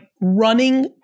running